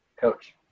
coach